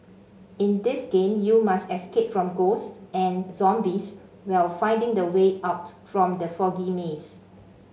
in this game you must escape from ghosts and zombies while finding the way out from the foggy maze